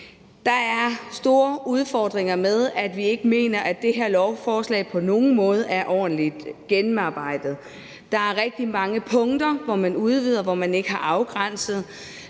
Der er store udfordringer med det, og vi mener ikke, at det her lovforslag på nogen måde er ordentligt gennemarbejdet. Der er rigtig mange punkter, hvor man udvider, og hvor man ikke har afgrænset